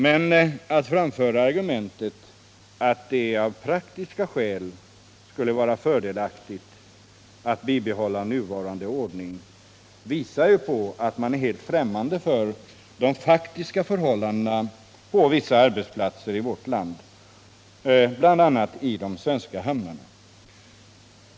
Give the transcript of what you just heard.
Men att framföra argumentet att det av praktiska skäl skulle vara fördelaktigt att bibehålla den nuvarande ordningen visar på att man är helt främmande för de faktiska förhållandena på vissa arbetsplatser i vårt land — bl.a. i hamnarna.